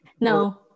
no